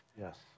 Yes